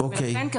ולכן,